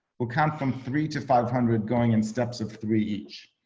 we'll count from three to five hundred, going in steps of three each.